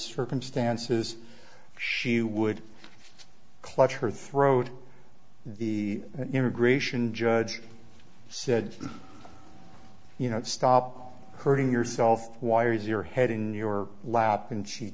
circumstances she would clutch her throat the immigration judge said you know stop hurting yourself wires you're heading your lap and she